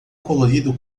colorido